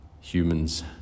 humans